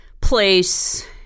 place